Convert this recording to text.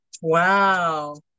Wow